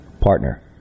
partner